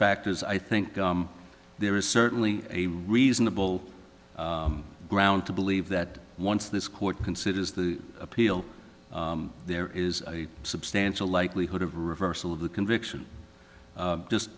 factors i think there is certainly a reasonable grounds to believe that once this court considers the appeal there is a substantial likelihood of reversal of the conviction just